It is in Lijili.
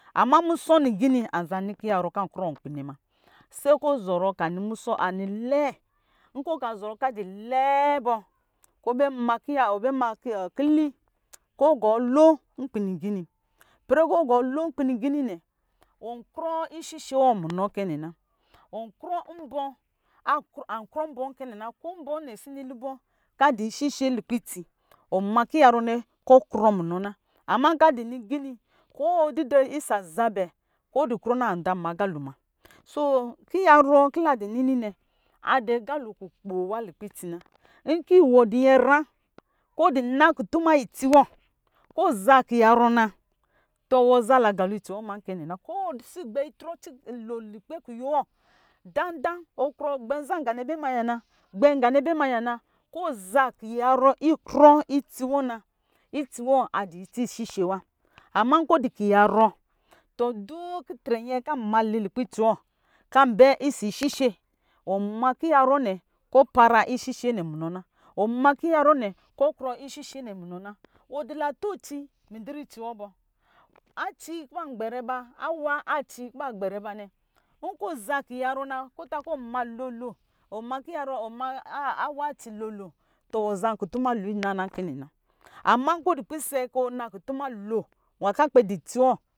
Ama muscɔ lingini azaa ni kiyarɔ kɔ ankrɔ nkp inɛ ma se kɔ ɔzɔrɔ kɔ anɔ musɔ lɛɛ nkɔ ɔka zɔrɔ kɔ a du lɛɛ bɔ kɔ ɔbɛ ma kili kɔ ɔgɔɔ lo nkpi lingini ɔgɔɔ lo ipɛrɛ kɔ gɔɔ lo nkpi lingini nɛ ɔnkrɔ ishishe wɔ munɔ kɛ nɛ na ankrɔ mbɔ ko mbɔ nɛ asi nɔ lubɔ kɔ adɔ ishishe lukpɛ itsi ɔma kiyarɔ nɛ kɔ ɔkrɔ munɔ na ama nkɔ adɔ lingini ko ɔma isa zabe kɔ ɔ dɔ krɔ na anza ma aga lo ma, so, kiyarɔ kɔ ladi nini nɛ adɔ aga lo kukpo wa lukpɛ itsi na nkɔ wɔ dɔ nyɛ mayra kɔ ɔdu na kutuma luka ɛ itsi wɔ kɔ ɔza kiyanɔ na tɔ wɔ zaa nagalo itsi wɔ ma kɛ nɛ na ko wɔ si gbɛ itrɔ lo lukpɛ kuyo wɔ danda, ɔ gbɛ nza nga nɛ bɛ mayana lukpɛ kuyo wɔ kɔ ɔza kiyarɔ ikrɔ itsi wɔ na itsi wɔ adɔ itsi ishishe wa ama nkɔ ɔdu kiyarɔ dun ki trɛ nyɛ kɔ ambɛ ɔsɔ ishishe ɔnma kiyarɔ nɛ kɔ ɔpara ishishe nɛ munɔ na ɔma kiyarɔ nɛ kɔ ɔkrɔ ishishe nɛ munɔ na wɔ dɔ lata aci lukpɛ itsi wɔ bɔ awa aci kɔ ban gbɛrɛ ba nɛ, nkɔ ɔ za kiyarɔ na kɔ ɔta kɔ iwɔ mma lolo wɔ ma a a awaci lolo tɔ wɔ zan kutuma lo ina na kɛɛna ama nkɔ ɔpisɛ kɔ ɔkpɛ na kutuma lo nwā akpɛ itsi wɔ.